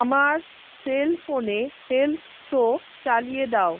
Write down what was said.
আমার সেল ফোনে health show চালিয়ে দাও